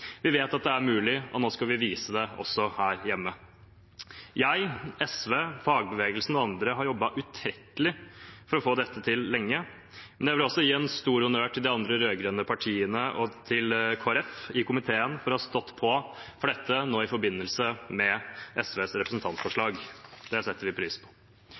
Vi vet at det er mulig, og nå skal vi vise det også her hjemme. Jeg, SV, fagbevegelsen og andre har lenge jobbet utrettelig for å få dette til, men jeg vil også gi en stor honnør til de andre rød-grønne partiene og til Kristelig Folkeparti i komiteen for å ha stått på for dette, nå i forbindelse med SVs representantforslag. Det setter vi pris på.